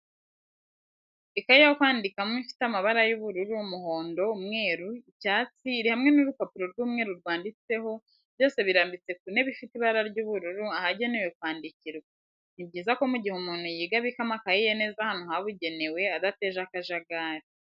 Ikaye yo kwandikano ifite amabara y'ubururu, umuhondo, umweru icyatsi iri hamwe n'urupapuro rw'umweru rwanditseho, byose birambitse ku ntebe ifite ibara ry'ubururu ahagenewe kwandikirwa. ni byiza ko mu gihe umuntu yiga abika amakayi ye neza ahantu habugenewe adateje akajagari.